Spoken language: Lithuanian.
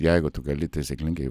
jeigu tu gali taisyklingai